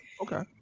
okay